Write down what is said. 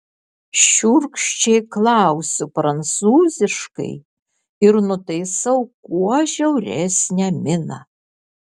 šiurkščiai klausiu prancūziškai ir nutaisau kuo žiauresnę miną